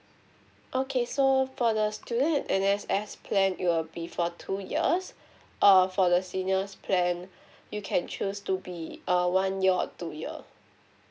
okay so for the student and N_S_F plan it will be for two years err for the seniors plan you can choose to be a one year or two year